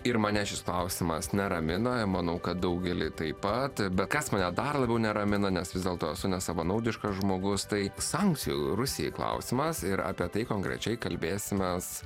ir mane šis klausimas neramina manau kad daugeliį taip pat be kas mane dar labiau neramina nes vis dėlto esu nesavanaudiškas žmogus tai sankcijų rusijai klausimas ir apie tai konkrečiai kalbėsimės